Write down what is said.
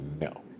no